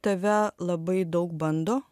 tave labai daug bando